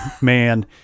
man